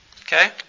Okay